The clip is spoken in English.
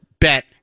bet